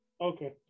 Okay